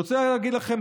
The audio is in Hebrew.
אני רוצה להגיד לכם,